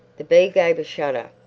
the bee gave a shudder.